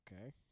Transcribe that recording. okay